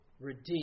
redeem